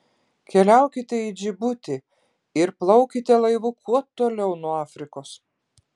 keliaukite į džibutį ir plaukite laivu kuo toliau nuo afrikos